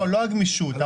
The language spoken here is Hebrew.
לא רק גמישות.